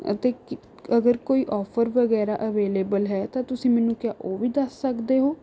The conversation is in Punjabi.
ਅਤੇ ਕੀ ਅਗਰ ਕੋਈ ਆਫਰ ਵਗੈਰਾ ਅਵੇਲੇਵਲ ਹੈ ਤਾਂ ਤੁਸੀਂ ਮੈਨੂੰ ਕਿਆ ਉਹ ਵੀ ਦੱਸ ਸਕਦੇ ਹੋ